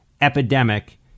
epidemic